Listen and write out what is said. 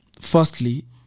firstly